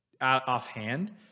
offhand